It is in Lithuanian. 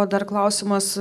o dar klausimas